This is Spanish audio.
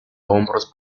hombros